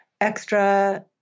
extra